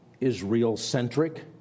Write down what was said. Israel-centric